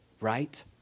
right